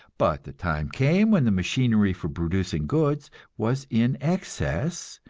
but the time came when the machinery for producing goods was in excess,